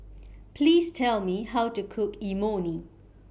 Please Tell Me How to Cook Imoni